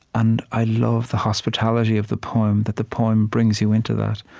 and i love the hospitality of the poem, that the poem brings you into that.